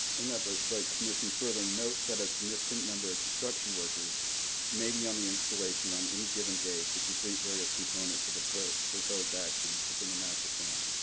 and the the commission further notes that a significant number of construction workers may be on the installation on any given day to complete various components of the proposed actions within the master plan,